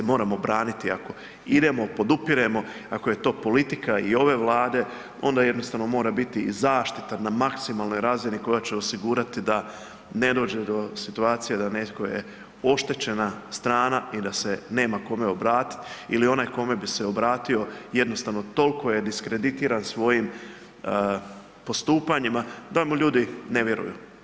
Moramo braniti ako idemo, podupiremo, ako je to politika i ove Vlade onda jednostavno mora biti i zaštita na maksimalnoj razini koja će osigurati da ne dođe do situacije da netko je oštećena strana i da se nema kome obratiti ili onaj kome bi se obratio jednostavno toliko je diskreditiran svojim postupanjima da mu ljudi ne vjeruju.